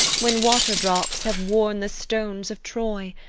when waterdrops have worn the stones of troy,